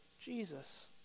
Jesus